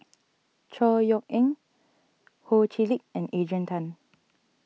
Chor Yeok Eng Ho Chee Lick and Adrian Tan